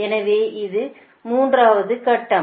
எனவே இது மூன்றாவது கட்டம்